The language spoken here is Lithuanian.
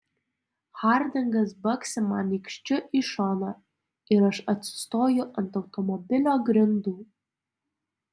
hardingas baksi man nykščiu į šoną ir aš atsistoju ant automobilio grindų